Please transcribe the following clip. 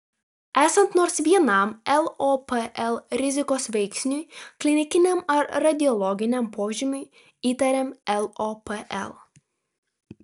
esant nors vienam lopl rizikos veiksniui klinikiniam ar radiologiniam požymiui įtariam lopl